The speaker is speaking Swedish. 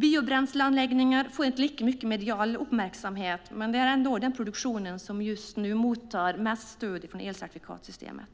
Biobränsleanläggningar får inte lika mycket medial uppmärksamhet, men det är den produktion som för närvarande mottar mest stöd från elcertifikatssystemet.